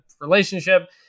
relationship